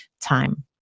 time